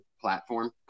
platform